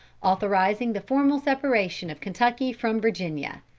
authorising the formal separation of kentucky from virginia.